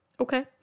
Okay